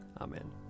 Amen